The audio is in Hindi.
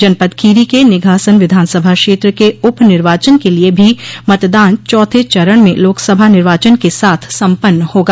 जनपद खीरी के निघासन विधानसभा क्षेत्र के उप निर्वाचन के लिये भी मतदान चौथे चरण में लोकसभा निर्वाचन के साथ सम्पन्न होगा